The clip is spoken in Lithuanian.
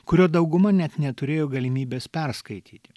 kurio dauguma net neturėjo galimybės perskaityti